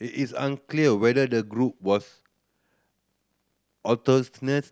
it is unclear whether the group was claiming